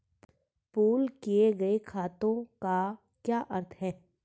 Pool किए गए खातों का क्या अर्थ है?